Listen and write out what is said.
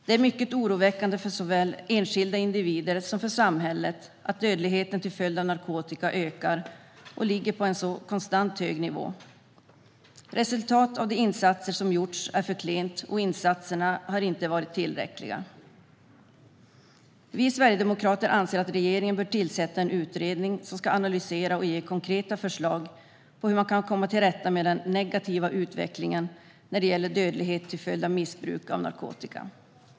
Det är mycket oroväckande för såväl enskilda individer som för samhället att dödligheten till följd av narkotika ökar och ligger på en så konstant hög nivå. Resultat av de insatser som gjorts är för klent, och insatserna har inte varit tillräckliga. Vi sverigedemokrater anser att regeringen bör tillsätta en utredning som ska analysera och ge konkreta förslag på hur man kan komma till rätta med den negativa utvecklingen när det gäller dödlighet till följd av missbruk av narkotika.